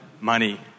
money